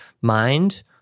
mind